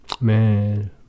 man